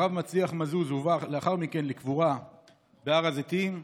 הרב מצליח מאזוז הובא לאחר מכן לקבורה בהר הזיתים,